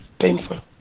painful